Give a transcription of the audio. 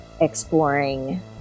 exploring